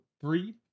three